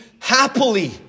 happily